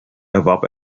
erwarb